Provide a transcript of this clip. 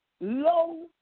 low